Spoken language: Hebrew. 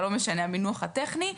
אבל לא משנה המינוח הטכני.